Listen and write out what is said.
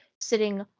sitting